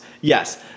Yes